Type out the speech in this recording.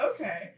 okay